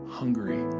hungry